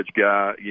guy